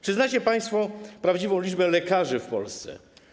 Czy znacie państwo prawdziwą liczbę lekarzy w Polsce?